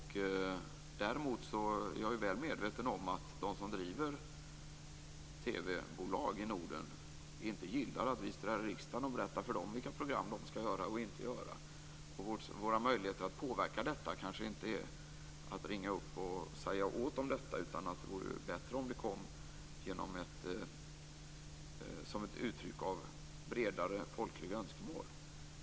Däremot är jag väl medveten om att de som driver TV-bolag i Norden inte gillar att vi sitter här i riksdagen och berättar för dem vilka program de skall göra och inte göra. Våra möjligheter att påverka detta kanske inte består i att ringa upp och säga åt dem detta. Det vore bättre om det kom som ett uttryck för bredare folkliga önskemål.